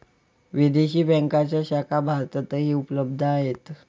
विदेशी बँकांच्या शाखा भारतातही उपलब्ध आहेत